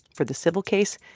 for the civil case,